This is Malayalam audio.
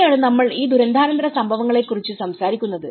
അവിടെയാണ് നമ്മൾ ഈ ദുരന്താനന്തര സംഭവങ്ങളെക്കുറിച്ച് സംസാരിക്കുന്നത്